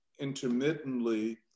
intermittently